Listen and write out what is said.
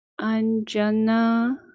Anjana